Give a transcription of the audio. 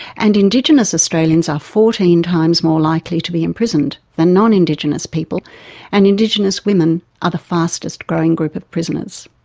and indigenous australians are fourteen times more likely to be imprisoned than non-indigenous people and indigenous women are the fastest growing group of prisoners.